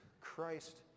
Christ